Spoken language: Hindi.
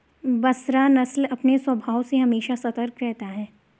बसरा नस्ल अपने स्वभाव से हमेशा सतर्क रहता है